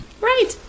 Right